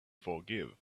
forgive